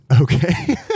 Okay